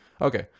okay